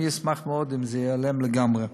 אני אשמח מאוד אם זה ייעלם לגמרי.